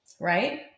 right